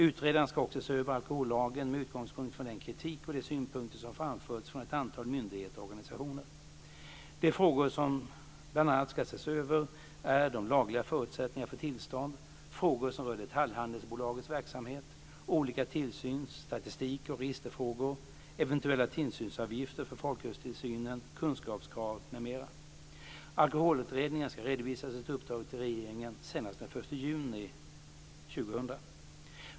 Utredaren ska också se över alkohollagen med utgångspunkt i den kritik och de synpunkter som framförts från ett antal myndigheter och organisationer. De frågor som bl.a. ska ses över är de lagliga förutsättningarna för tillstånd, frågor som rör detaljhandelsbolagets verksamhet, olika tillsyns-, statistik och registerfrågor, eventuella tillsynsavgifter för folkölstillsynen, kunskapskrav m.m. Alkoholutredningen ska redovisa sitt uppdrag till regeringen senast den 1 juni 2000.